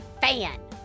fan